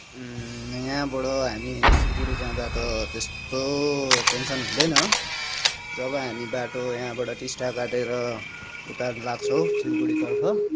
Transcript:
यहाँबाट हामी सिलगडी जाँदा त त्यस्तो टेन्सन् हुँदैन जब हामी बाटो यहाँबाट टिस्टा काटेर उता लाग्छौँ सिलगडीतर्फ